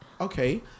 okay